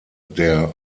der